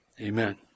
Amen